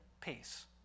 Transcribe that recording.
peace